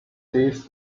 this